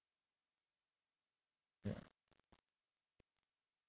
yeah